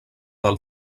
del